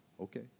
Okay